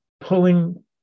pulling